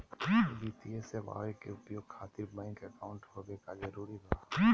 वित्तीय सेवाएं के उपयोग खातिर बैंक अकाउंट होबे का जरूरी बा?